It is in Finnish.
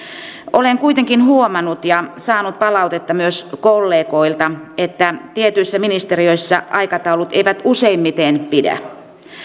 olen kuitenkin huomannut ja saanut palautetta myös kollegoilta että tietyissä ministeriöissä aikataulut eivät useimmiten pidä